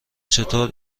چطور